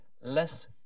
less